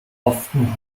often